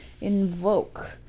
invoke